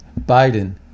Biden